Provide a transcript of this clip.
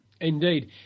Indeed